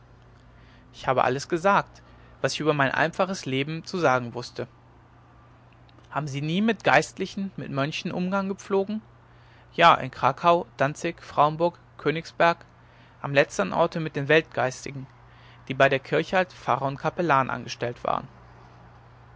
ich habe alles gesagt was ich über mein einfaches leben zu sagen wußte haben sie nie mit geistlichen mit mönchen umgang gepflogen ja in krakau danzig frauenburg königsberg am letztern orte mit den weltgeistlichen die bei der kirche als pfarrer und kapellan angestellt waren